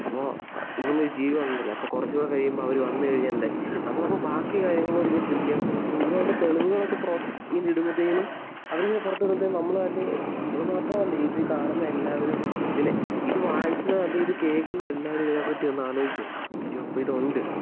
അപ്പോൾ ഇങ്ങനെ ഒരു ജീവി ഉണ്ടല്ലേ കുറച്ച് കൂടി കഴിയുമ്പോൾ അവർ വന്ന് കഴിഞ്ഞാൽ എന്തായിരിക്കും നമ്മൾ അപ്പോൾ ബാക്കി കാര്യങ്ങൾ കൂടി ചിന്തിക്കാൻ തുടങ്ങി അപ്പം ഇതിനുള്ള തെളിവുകളൊക്കെ പ്രൊ ഇങ്ങനെ ഇടുമ്പത്തേനും അവരിങ്ങനെ പുറത്ത് വിടുമ്പത്തേനും നമ്മൾ നാട്ടിൽ നമ്മൾ മാത്രമല്ല ഇത് കാണുന്ന എല്ലാവരും ഇതിനെ ഇത് വായിക്കുന്നതല്ല ഇത് കേൾക്കുന്ന എല്ലാവരും ഇതിനെപ്പറ്റി ഒന്നാലോചിച്ചു പോകും അയ്യോ അപ്പം ഇതുണ്ട്